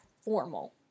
formal